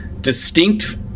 distinct